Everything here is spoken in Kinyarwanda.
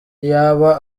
iyaba